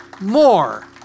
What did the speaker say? more